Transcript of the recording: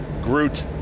Groot